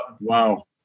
wow